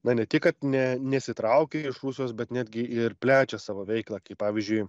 na ne tik kad ne nesitraukia iš rusijos bet netgi ir plečia savo veiklą kaip pavyzdžiui